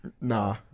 Nah